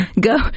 go